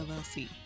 LLC